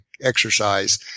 exercise